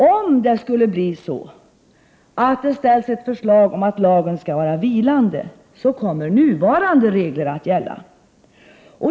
Om det skulle ställas ett förslag om att lagen skall vara vilande, kommer nuvarande regler att gälla.